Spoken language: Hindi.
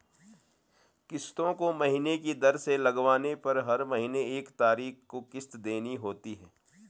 किस्तों को महीने की दर से लगवाने पर हर महीने की एक तारीख को किस्त देनी होती है